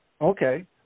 Okay